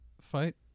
fight